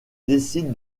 décide